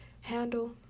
handle